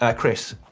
ah chris,